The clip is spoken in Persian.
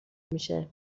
میشه